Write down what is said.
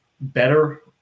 better